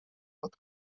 pod